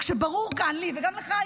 וכשברור כאן לי וגם לך,